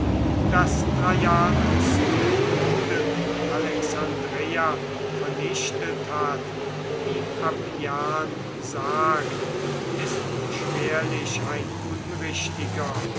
daß traianus die juden in alexandreia vernichtet hat wie appian sagt ist schwerlich ein unrichtiger